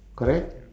correct